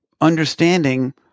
understanding